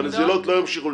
הנזילות לא ימשיכו,